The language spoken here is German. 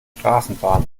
straßenbahn